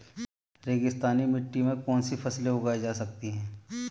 रेगिस्तानी मिट्टी में कौनसी फसलें उगाई जा सकती हैं?